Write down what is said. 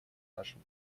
нашим